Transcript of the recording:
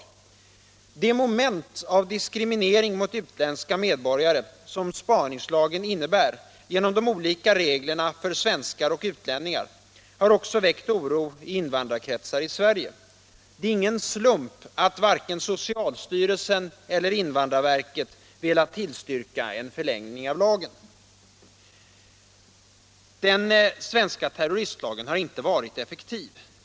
— Fortsatt giltighet av Det moment av diskriminering mot utländska medborgare som spa = spaningslagen ningslagen innebär genom de olika reglerna för svenskar och utlänningar har också väckt oro i invandrarkretsar i Sverige. Det är ingen slump att varken socialstyrelsen eller invandrarverket velat tillstyrka en förlängning av lagen. Den svenska terroristlagen har inte varit effektiv.